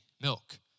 milk